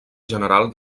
general